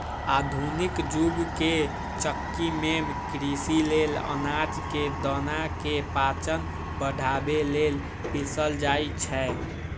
आधुनिक जुग के चक्की में कृषि लेल अनाज के दना के पाचन बढ़ाबे लेल पिसल जाई छै